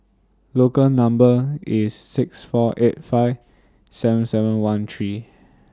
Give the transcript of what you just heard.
Local Number IS six four eight five seven seven one three